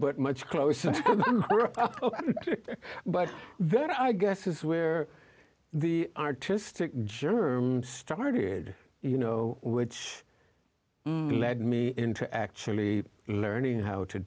but much closer but that i guess is where the artistic germ started you know which led me into actually learning how to